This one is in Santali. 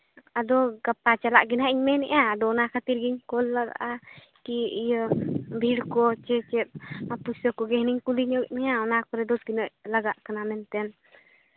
ᱟᱫᱚ ᱜᱟᱯᱟ ᱪᱟᱞᱟᱜ ᱜᱮᱱᱟᱦᱟᱸᱜ ᱤᱧ ᱢᱮᱱᱮᱫᱼᱟ ᱟᱫᱚ ᱚᱱᱟ ᱠᱷᱟᱹᱛᱤᱨ ᱜᱤᱧ ᱠᱚᱞ ᱞᱟᱜᱼᱟ ᱠᱤ ᱤᱭᱟᱹ ᱵᱷᱤᱲ ᱠᱚ ᱥᱮ ᱪᱮᱫ ᱟᱨ ᱯᱚᱭᱥᱟ ᱠᱚᱜᱮ ᱦᱩᱱᱟᱹᱝ ᱤᱧ ᱠᱩᱞᱤ ᱧᱚᱜ ᱮᱸᱜ ᱢᱮᱭᱟ ᱚᱱᱟ ᱠᱚᱨᱮ ᱫᱚ ᱛᱤᱱᱟᱹᱜ ᱞᱟᱜᱟᱜ ᱠᱟᱱᱟ ᱢᱮᱱᱛᱮ